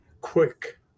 quick